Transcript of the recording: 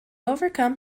overcome